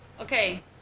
Okay